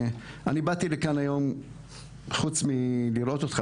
אני באתי לכאן היום חוץ מלראות אותך